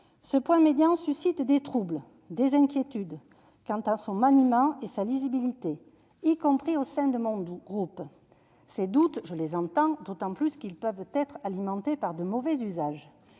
Ce point médian suscite des troubles, des inquiétudes, quant à son maniement et à sa lisibilité, y compris au sein de mon groupe. Ces doutes, je les entends d'autant plus qu'ils peuvent être alimentés par de mauvais usages.